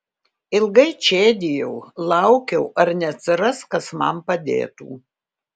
ilgai čėdijau laukiau ar neatsiras kas man padėtų